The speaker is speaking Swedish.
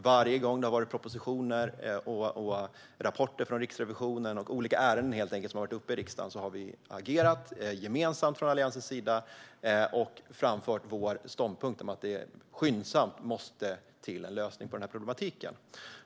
Varje gång som det har kommit propositioner och rapporter från Riksrevisionen - helt enkelt i samband med olika ärenden som har varit uppe i riksdagen - har vi agerat gemensamt från Alliansens sida och framfört vår ståndpunkt om att det skyndsamt måste till en lösning på denna problematik.